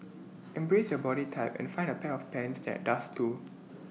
embrace your body type and find A pair of pants that does too